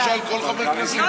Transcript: הוא ישאל כל חבר כנסת?